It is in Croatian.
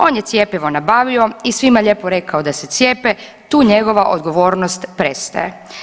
On je cjepivo nabavio i svima lijepo rekao da se cijepe i tu njegova odgovornost prestaje.